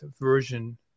version